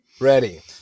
Ready